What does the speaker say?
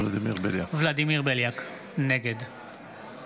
ולדימיר בליאק, נגד